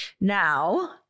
Now